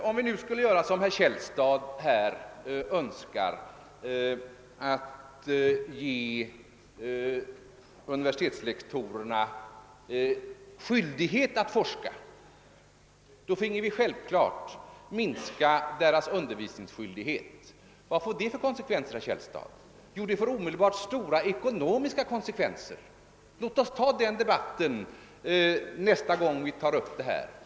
Om vi nu skulle göra som herr Källstad önskar och ålägga universitetslektorerna skyldighet att bedriva forskning, måste vi självfallet minska deras undervisningsskyldighet, men det skulle omedelbart få stora ekonomiska konsekvenser. Låt oss diskutera den saken nästa gång vi tar upp de här frågorna!